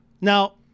now